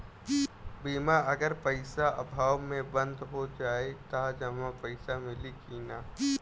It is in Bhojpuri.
बीमा अगर पइसा अभाव में बंद हो जाई त जमा पइसा मिली कि न?